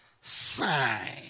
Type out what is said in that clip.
sign